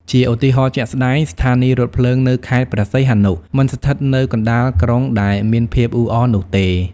ជាឧទាហរណ៍ជាក់ស្តែង ស្ថានីយ៍រថភ្លើងនៅខេត្តព្រះសីហនុ មិនស្ថិតនៅកណ្តាលក្រុងដែលមានភាពអ៊ូអរនោះទេ។